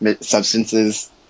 substances